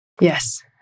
Yes